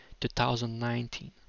2019